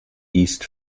east